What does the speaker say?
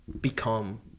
become